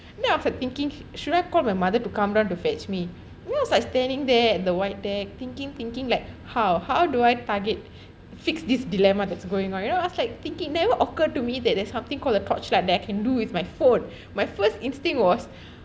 and then after that I was thinking should I call my mother to come down to fetch me when I was like standing there the void deck thinking thinking like how how do I target fix this dilemma that's going on you know I was like thinking never occurred to me that there's something called the torchlight that can do with my phone my first instinct was